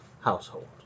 household